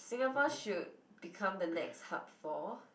Singapore should become the next hub for